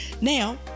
now